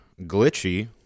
glitchy